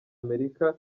amerika